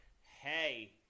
Hey